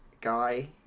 guy